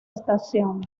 estación